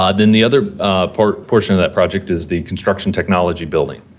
ah then the other portion portion of that project is the construction technology building,